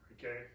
Okay